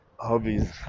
hobbies